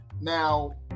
Now